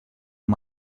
amb